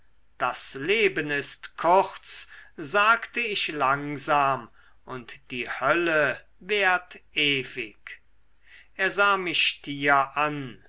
das leben ist kurz sagte ich langsam und die hölle währt ewig er sah mich stier an